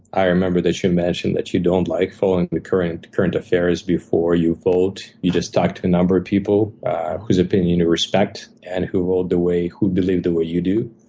i remember that you mentioned that you don't like following the current current affairs before you vote. you just talk to a number of people whose opinion you respect, and who vote the way who believe the way you do.